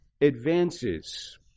advances